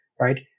right